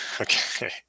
Okay